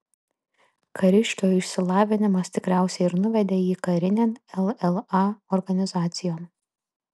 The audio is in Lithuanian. kariškio išsilavinimas tikriausiai ir nuvedė jį karinėn lla organizacijon